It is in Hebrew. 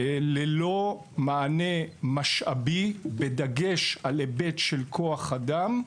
שללא מענה משאבי, בדגש על היבט של כוח אדם,